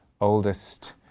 oldest